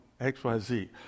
XYZ